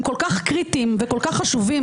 הם כל כך קריטיים וכל כך חשובים,